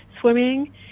swimming